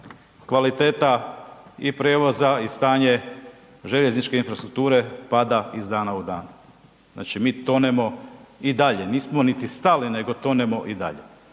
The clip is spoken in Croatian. kvaliteta i prijevoza i stanje željezničke infrastrukture pada iz dana u dan. Znači mi tonemo i dalje, nismo niti stali, nego tonemo i dalje.